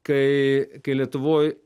kai kai lietuvoj